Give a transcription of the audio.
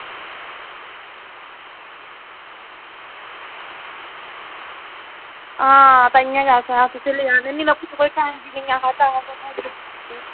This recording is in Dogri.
ताहियें अस लैआ दे नेईं तां टाईम दा निं ऐ इत्थें